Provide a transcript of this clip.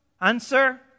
Answer